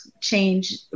change